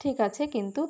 ঠিক আছে কিন্তু